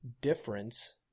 difference